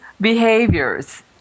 behaviors